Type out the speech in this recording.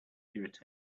irritated